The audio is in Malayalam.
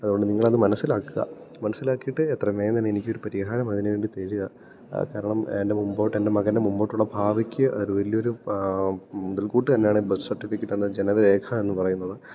അതു കൊണ്ട് നിങ്ങളത് മനസ്സിലാ മനസ്സിലാക്കിയിട്ട് എത്രയും വേഗം തന്നെ എനിക്കൊരു പരിഹാരം അതിനു വേണ്ടി തരിക കാരണം എൻറ്റെ മുമ്പോട്ടെൻറ്റെ മകൻറ്റെ മുമ്പോട്ടുള്ള ഭാവിക്ക് അത് വലിയൊരു മുതൽക്കൂട്ട് തന്നെയാണ് ബെർത്ത് സർട്ടിഫിക്കറ്റ് എന്ന ജനന രേഖ എന്നു പറയുന്നത്